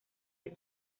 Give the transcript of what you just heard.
del